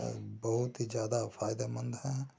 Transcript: बहुत ही ज़्यादा फ़ायदेमंद हैं